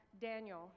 Daniel